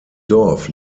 dorf